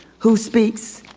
who speaks?